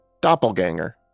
Doppelganger